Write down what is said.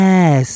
Yes